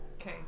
Okay